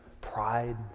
pride